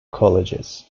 colleges